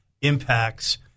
impacts—